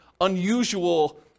unusual